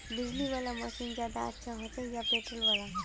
बिजली वाला मशीन ज्यादा अच्छा होचे या पेट्रोल वाला?